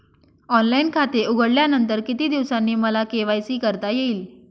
Online खाते उघडल्यानंतर किती दिवसांनी मला के.वाय.सी करता येईल?